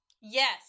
Yes